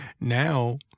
now